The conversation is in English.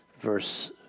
verse